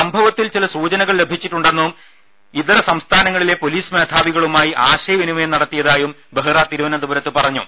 സംഭവത്തിൽ ചില സൂചനകൾ ലഭിച്ചിട്ടുണ്ടെന്നും ഇതരസം സ്ഥാനങ്ങളിലെ പോലീസ് മേധാവികളുമായി ആശയവിനിമയം നടത്തി യതായും ബെഹ്റ തിരുവനന്തപുരത്ത് പറഞ്ഞു